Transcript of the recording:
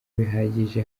bihagije